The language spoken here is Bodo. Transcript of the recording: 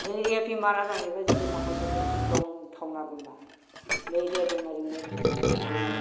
मेलेरिया बेमारा जाहैबाय जोंनि थाखाय जोबोद गिख्रंथावना बेमार मेलेरिया बेमारजोंनो दिनै